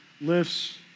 lifts